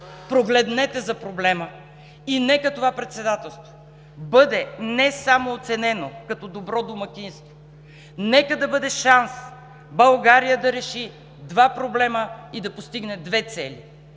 Прогледнете за проблема и нека това председателство да бъде не само оценено като добро домакинство, нека да бъде шанс България да реши два проблема и да постигне две цели.